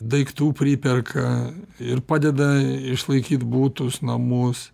daiktų priperka ir padeda išlaikyt butus namus